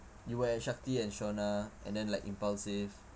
you were at and shauna and then like impulsive